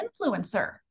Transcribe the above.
influencer